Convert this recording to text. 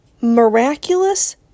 miraculous